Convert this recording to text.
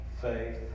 faith